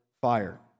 fire